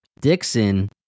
Dixon